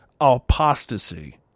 apostasy